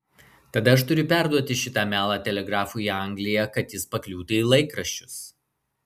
tada aš turiu perduoti šitą melą telegrafu į angliją kad jis pakliūtų į laikraščius